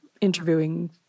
interviewing